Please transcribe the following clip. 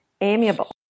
amiable